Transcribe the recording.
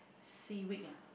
seaweed ah